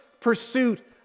pursuit